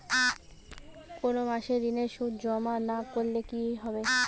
কোনো মাসে ঋণের সুদ জমা না করলে কি হবে?